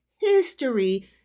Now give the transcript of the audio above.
history